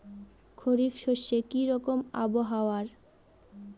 খরিফ শস্যে কি রকম আবহাওয়ার?